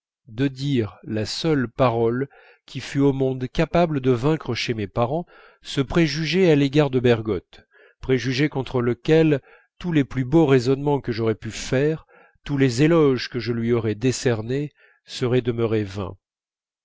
de dire la seule parole qui fût au monde capable de vaincre chez mes parents ce préjugé à l'égard de bergotte préjugé contre lequel tous les plus beaux raisonnements que j'aurais pu faire tous les éloges que je lui aurais décernés seraient demeurés vains